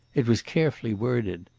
it was carefully worded.